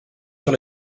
sur